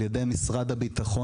על ידי משרד הביטחון,